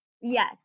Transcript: yes